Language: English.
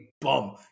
bum